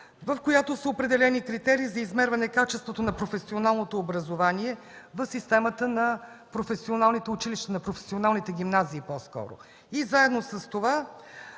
в която са определени критерии за измерване качеството на професионалното образование в системата на професионалните училища, на професионалните гимназии по-скоро, и заедно с това